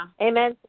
Amen